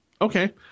okay